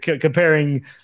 comparing